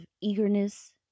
eagerness